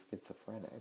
schizophrenic